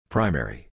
Primary